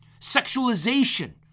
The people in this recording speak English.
sexualization